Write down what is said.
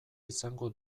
izango